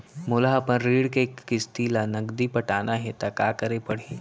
मोला अपन ऋण के किसती ला नगदी पटाना हे ता का करे पड़ही?